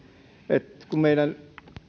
että